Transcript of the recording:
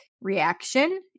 reaction